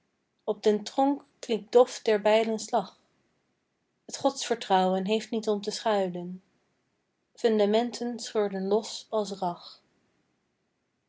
op den tronk klinkt dof der bijlen slag t godsvertrouwen heeft niet om te schuilen fundamenten scheurden los als rag